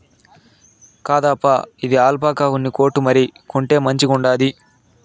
కాదప్పా, ఇది ఆల్పాకా ఉన్ని కోటు మరి, కొంటే మంచిగుండాది